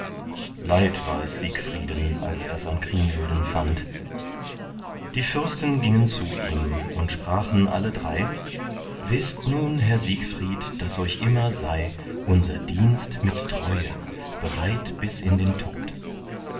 leid war es siegfrieden als ers an kriemhilden fand die fürsten gingen zu ihm und sprachen alle drei wißt nun herr siegfried daß euch immer sei unser dienst mit treue bereit bis in den tod